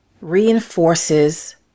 reinforces